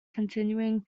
continuing